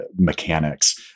mechanics